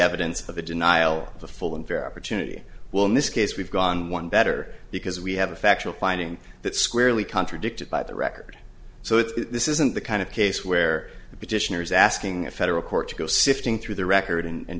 evidence of a denial of a full and fair opportunity well in this case we've gone one better because we have a factual finding that squarely contradicted by the record so this isn't the kind of case where the petitioner is asking a federal court to go sifting through the record and